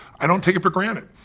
i don't take it for granted.